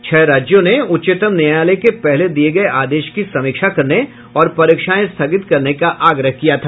छह राज्यों ने उच्चतम न्यायालय के पहले दिए गए आदेश की समीक्षा करने और परीक्षाएं स्थगित करने का आग्रह किया था